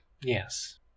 Yes